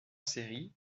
série